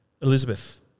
Elizabeth